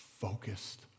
focused